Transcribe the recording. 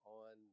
on